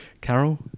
Carol